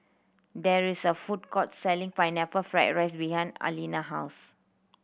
there is a food court selling Pineapple Fried rice behind Alina house